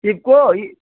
UCO ଇ